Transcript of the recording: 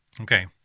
Okay